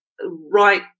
right